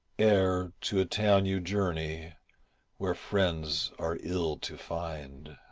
ere to a town you journey where friends are ill to find.